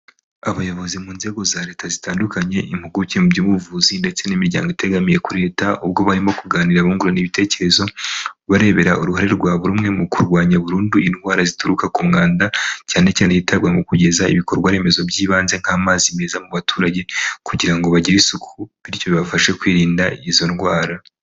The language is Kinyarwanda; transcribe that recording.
Abayobozi mu nzego za leta zitandukanye, impuguke mu by'ubuvuzi ndetse n'imiryango itegamiye kuri leta ubwo barimo kuganira bungurana ibitekerezo, barebera uruhare rwa buri umwe mu kurwanya burundu indwara zituruka ku mwanda cyane cyane hitabwa mu kugeza ibikorwa remezo by'ibanze nk'amazi meza mu baturage kugira ngo bagire isuku bityo bibafashe kwirinda izo ndwara.